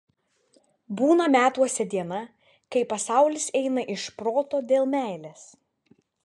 būna metuose diena kai pasaulis eina iš proto dėl meilės